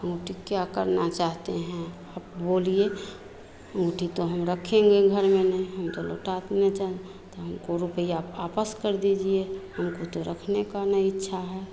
अँगूठी क्या करना चाहते हैं आप बोलिए अँगूठी तो हम रखेंगे घर में नहीं हम तो लौटातना चाह तो हमको रुपया आपस कर दीजिए हमको तो रखने की ना इच्छा है